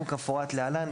כמפורט להלן,